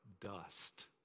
dust